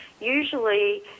usually